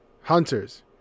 Hunters